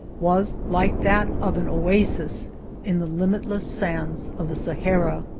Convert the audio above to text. was like that of an oasis in the limitless sands of the sahara.